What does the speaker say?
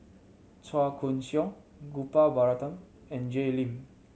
Chua Koon Siong Gopal Baratham and Jay Lim